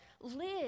live